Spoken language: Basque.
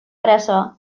arazoa